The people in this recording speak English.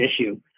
issue